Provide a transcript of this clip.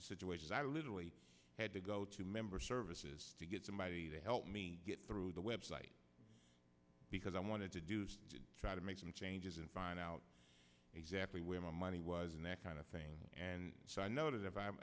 situations i literally had to go to member services to get somebody to help me get through the website because i wanted to do just try to make some changes and find out exactly where my money was in that kind of thing and so i noted if i'm